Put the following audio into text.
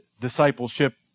discipleship